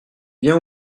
vient